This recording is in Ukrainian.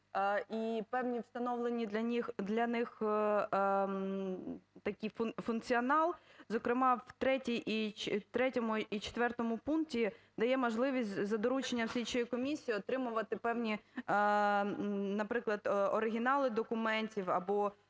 і певний установлений для них такий функціонал, зокрема в 3 і 4 пункті дає можливість за дорученням слідчої комісії отримувати певні, наприклад, оригінали документів або